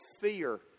fear